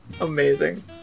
Amazing